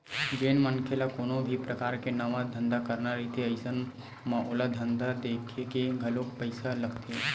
जेन मनखे ल कोनो भी परकार के नवा धंधा करना रहिथे अइसन म ओला धंधा देखके घलोक पइसा लगथे